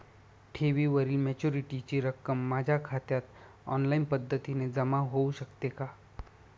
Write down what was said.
ठेवीवरील मॅच्युरिटीची रक्कम माझ्या खात्यात ऑनलाईन पद्धतीने जमा होऊ शकते का?